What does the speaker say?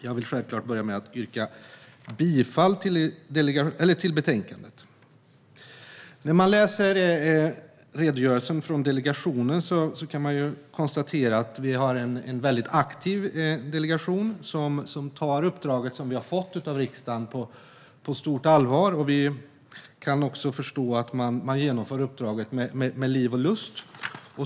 Jag vill självklart börja med att yrka bifall till förslaget i betänkandet. När man läser redogörelsen från delegationen kan man konstatera att vi har en väldigt aktiv delegation som tar det uppdrag den har fått av riksdagen på stort allvar. Vi kan också förstå att man genomför uppdraget med liv och lust.